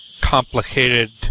complicated